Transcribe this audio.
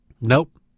Nope